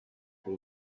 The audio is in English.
will